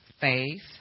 faith